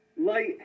light